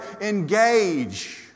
engage